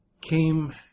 came